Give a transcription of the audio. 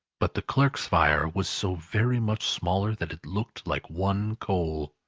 but the clerk's fire was so very much smaller that it looked like one coal.